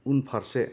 उनफारसे